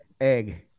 Egg